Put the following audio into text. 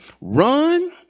Run